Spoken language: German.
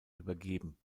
übergeben